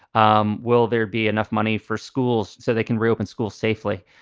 um will there be enough money for schools so they can reopen schools safely?